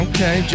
Okay